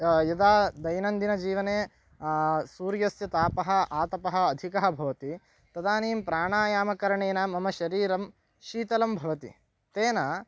यदा दैनन्दिनजीवने सूर्यस्य तापः आतपः अधिकः भवति तदानीं प्राणायामकरणेन मम शरीरं शीतलं भवति तेन